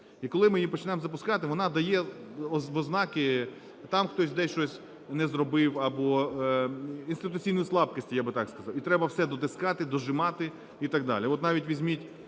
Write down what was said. і коли ми її починаємо запускати, вона дає ознаки, там хтось десь щось не зробив або інституційну слабкість, я б так сказав, і треба все дотискати, дожимати і так далі.